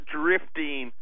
drifting